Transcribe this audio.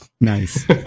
Nice